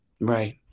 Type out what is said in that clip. Right